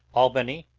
albany,